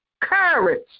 courage